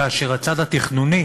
כאשר הצד התכנוני